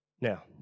Now